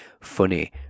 funny